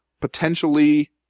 potentially